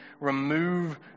remove